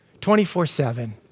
24-7